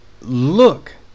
look